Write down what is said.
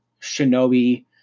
shinobi